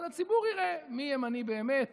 הציבור יראה מי ימני באמת